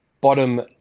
bottom